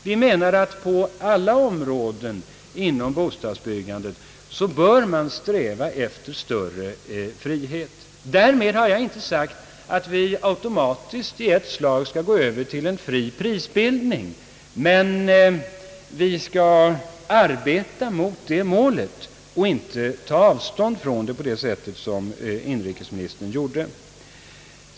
Vi menar att man inom alla bostadsbyggandets områden bör sträva efter större frihet. Därmed har jag inte gjort gällande att vi automatiskt, i ett slag, skulle gå över till en fri prisbildning, men vi skall arbeta mot detta mål och inte ta avstånd från det på det sätt som inrikesministern gjorde.